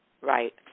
right